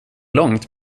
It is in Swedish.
långt